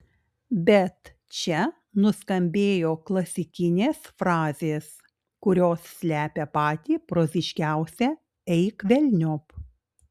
bet čia nuskambėjo klasikinės frazės kurios slepia patį proziškiausią eik velniop